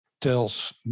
tells